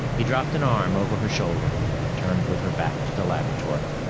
he dropped an arm over her shoulder and turned with her back to the laboratory.